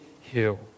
hill